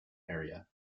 area